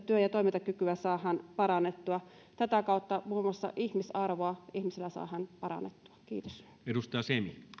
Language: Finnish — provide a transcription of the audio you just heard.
työ ja toimintakykyä saadaan parannettua tätä kautta muun muassa ihmisarvoa ihmisillä saadaan parannettua kiitos